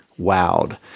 wowed